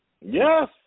Yes